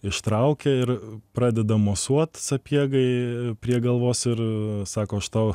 ištraukia ir pradeda mosuot sapiegai prie galvos ir sako aš tau